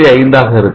5 ஆக இருக்கும்